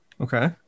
Okay